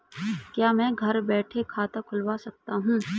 क्या मैं घर बैठे खाता खुलवा सकता हूँ?